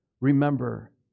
remember